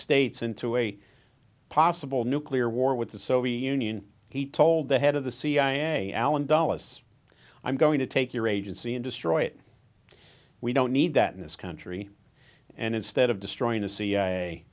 states into a possible nuclear war with the soviet union he told the head of the cia allen dulles i'm going to take your agency and destroy it we don't need that in this country and instead of destroying the c